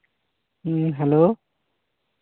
ᱦᱮᱸ ᱦᱮᱞᱳ